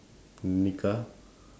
nikah